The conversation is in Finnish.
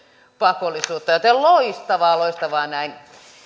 pakollisuutta loistavaa loistavaa